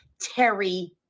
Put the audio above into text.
Terry